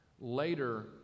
Later